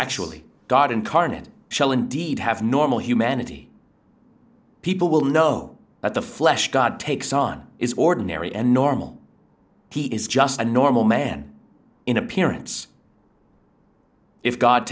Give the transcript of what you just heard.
actually god incarnate shall indeed have normal humanity people will know that the flesh god takes on is ordinary and normal he is just a normal man in appearance if god